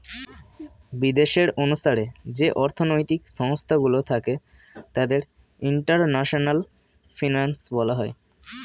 বিদেশের অনুসারে যে অর্থনৈতিক সংস্থা গুলো থাকে তাদের ইন্টারন্যাশনাল ফিনান্স বলা হয়